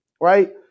right